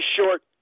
short